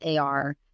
AR